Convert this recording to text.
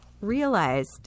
realized